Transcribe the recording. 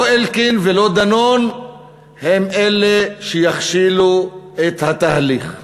לא אלקין ולא דנון הם אלה שיכשילו את התהליך,